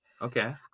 okay